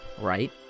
right